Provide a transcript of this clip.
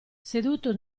seduto